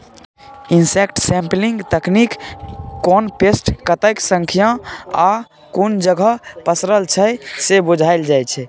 insect sampling तकनीकमे कोन pest कतेक संख्यामे आ कुन जगह पसरल छै से बुझल जाइ छै